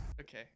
Okay